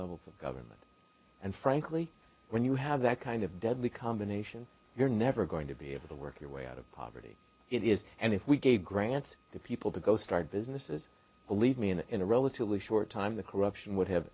levels of government and frankly when you have that kind of deadly combination you're never going to be able to work your way out of poverty it is and if we gave grants to people to go start businesses believe me in a relatively short time the corruption would have